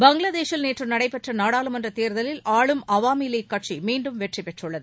பங்களாதேஷில் நேற்று நடைபெற்ற நாடாளுமன்ற தேர்தலில் ஆளும் அவாமி லீக் கட்சி மீண்டும் வெற்றி பெற்றுள்ளது